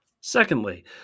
Secondly